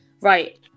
right